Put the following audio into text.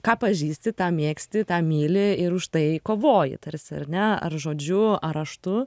ką pažįsti tą mėgsti tą myli ir už tai kovoji tarsi ar ne ar žodžiu ar raštu